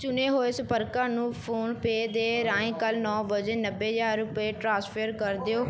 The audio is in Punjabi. ਚੁਣੇ ਹੋਏ ਸੰਪਰਕਾਂ ਨੂੰ ਫੋਨਪੇਅ ਦੇ ਰਾਹੀਂ ਕੱਲ੍ਹ ਨੌ ਵਜੇ ਨੱਬੇ ਹਜ਼ਾਰ ਰੁਪਏ ਟ੍ਰਾਂਸਫੇਅਰ ਕਰ ਦਿਓ